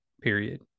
period